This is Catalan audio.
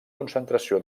concentració